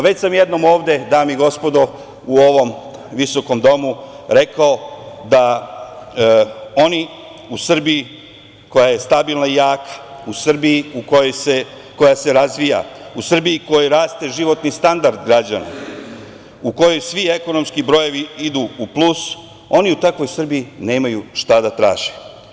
Već sam jednom ovde, dame i gospodo, u ovom visokom domu rekao da oni u Srbiji koja je stabilna i jaka, u Srbiji koja se razvija, u Srbiji u kojoj raste životni standard građana, u kojoj svi ekonomski brojevi idu plus, oni u takvoj Srbiji nemaju šta da traže.